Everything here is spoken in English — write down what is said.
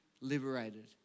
liberated